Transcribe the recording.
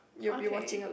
okay